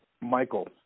Michael